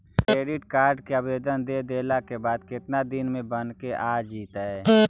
Credit card के आवेदन दे देला के बाद केतना दिन में बनके आ जइतै?